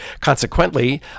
consequently